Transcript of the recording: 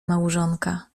małżonka